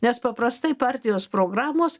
nes paprastai partijos programos